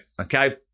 okay